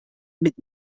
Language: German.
mit